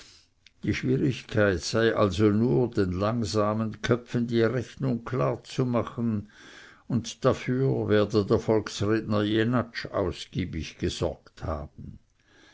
die schwierigkeit sei also nur den langsamen köpfen die rechnung klarzumachen und dafür werde der volksredner jenatsch ausgiebig gesorgt haben